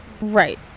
right